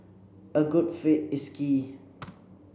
a good fit is key